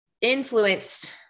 influenced